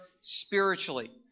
spiritually